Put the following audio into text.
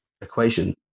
equation